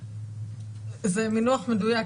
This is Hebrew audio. זה מינוח מדויק,